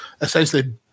essentially